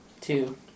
Two